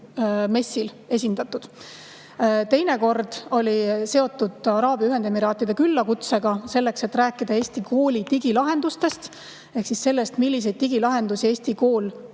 messil esindatud. Teine kord oli seotud Araabia Ühendemiraatide küllakutsega selleks, et rääkida Eesti kooli digilahendustest ehk siis sellest, milliseid digilahendusi Eesti kool